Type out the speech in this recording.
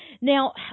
Now